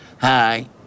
hi